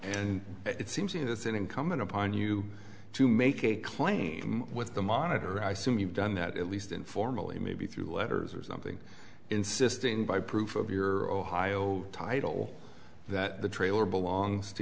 and it seems it is incumbent upon you to make a claim with the monitor i soon you've done that at least informally maybe through letters or something insisting by proof of your heigho title that the trailer belongs to